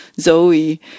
Zoe